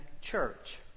church